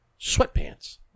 sweatpants